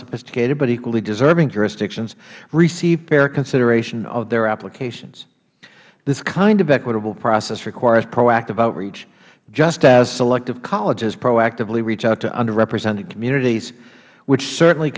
sophisticated but equally deserving jurisdictions receive fair consideration of their applications this kind of equitable process requires proactive outreach just as selective colleges proactively reach out to underrepresented communities which certainly